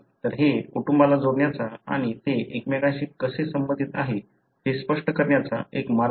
तर हे कुटुंबाला जोडण्याचा आणि ते एकमेकांशी कसे संबंधित आहेत हे स्पष्ट करण्याचा एक मार्ग आहे